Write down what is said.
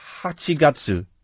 hachigatsu